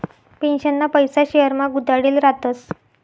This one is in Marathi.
पेन्शनना पैसा शेयरमा गुताडेल रातस